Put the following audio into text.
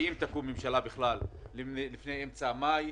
ואם תקום ממשלה בכלל זה יקרה לא לפני אמצע חודש מאי.